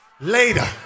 later